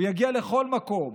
הוא יגיע לכל מקום.